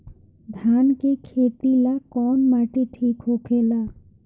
धान के खेती ला कौन माटी ठीक होखेला?